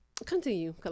Continue